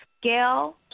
Scale